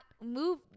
Move